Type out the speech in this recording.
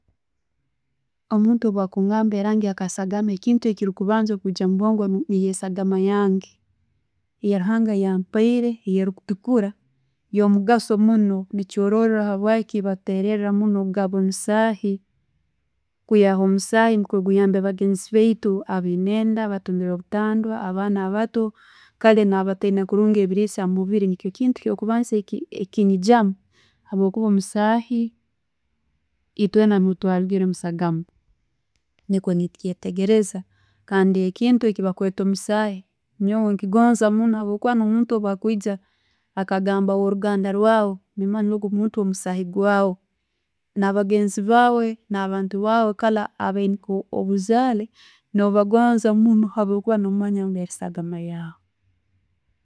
Omuntu bwagungamba erangi ya sagama, ekintu ekikubanza kwijja omubwogo bwange niiyo esagama yange, eya'ruhanga yeyampaire. Erutukura nikyo no'rora yamugaaso munno, norora habwiki baterera okugaba omusahi kwihaho omusaayi niikwo guyambe bagenzi baitu abayine enda, abatungire obutandwa, abaana abato, kale na'batalina kurungi ebillisa omubili. Ekintu ekyo'kubanza ekinyigyamu, habwokuba omusaahi, eitwiina nohu twarugiire omusagama, niikwo nechitegereza kandi ekintu ekyebakwetta omusaahi, nyomwe nkyenda munno habwokuba no' muntu bakwijja akagamba aba'ruganda rwawe, nimanya omuntu ogwo omusahi gwaawe nebagenzi bwaawe na'bantu baawe kaale nkabaina nko'buzaale no'bagonza munno habwokuba no'manya niiyo esagama yaawe.